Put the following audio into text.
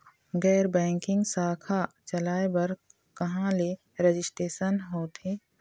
गैर बैंकिंग शाखा चलाए बर कहां ले रजिस्ट्रेशन होथे?